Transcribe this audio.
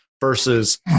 versus